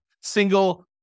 single